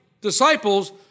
disciples